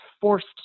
forced